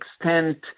extent